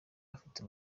afite